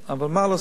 אבל מה לעשות,